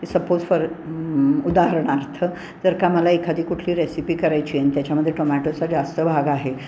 suppose for उदाहरणार्थ जर का मला एखादी कुठली रेसिपी करायची आहे आणि त्याच्यामध्ये टोमॅटोचा जास्त भाग आहे